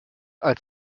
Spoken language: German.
als